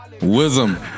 Wisdom